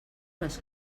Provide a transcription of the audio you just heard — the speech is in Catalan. les